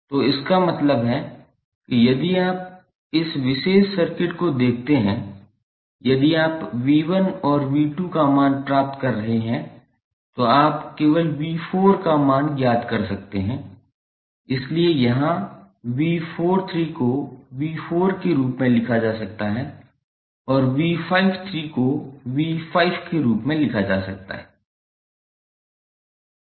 तो इसका मतलब है कि यदि आप इस विशेष सर्किट को देखते हैं यदि आप 𝑉1 और 𝑉2 का मान प्राप्त कर रहे हैं तो आप केवल 𝑉4 का मान ज्ञात कर सकते हैं इसलिए यहां 𝑉43 को 𝑉4 के रूप में लिखा जा सकता है और 𝑉53 को 𝑉5 के रूप में लिखा जा सकता है